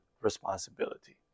responsibility